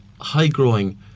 high-growing